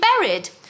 buried